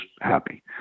happy